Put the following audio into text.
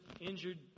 injured